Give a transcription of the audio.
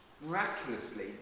miraculously